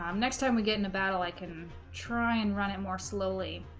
um next time we get into battle i can try and run it more slowly